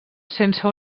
sense